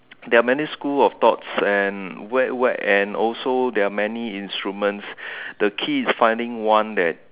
there are many schools of thoughts and where where and also many instruments the key is finding one that